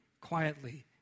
quietly